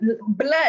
blood